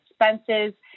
expenses